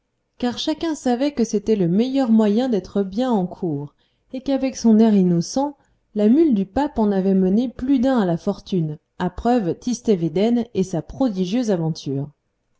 car chacun savait que c'était le meilleur moyen d'être bien en cour et qu'avec son air innocent la mule du pape en avait mené plus d'un à la fortune à preuve tistet védène et sa prodigieuse aventure